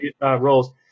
roles